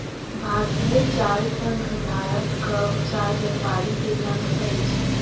भारतीय चाय संघ भारतक चाय व्यापारी के संग अछि